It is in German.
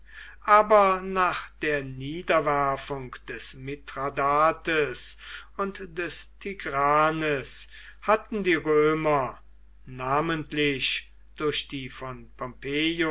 aber nach der niederwerfung des mithradates und des tigranes hatten die römer namentlich durch die von